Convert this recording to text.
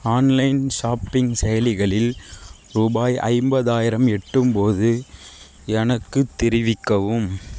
online shopping செயலிகளில் ரூபாய் ஐம்பதாயிரம் எட்டும்போது எனக்குத் தெரிவிக்கவும்